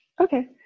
Okay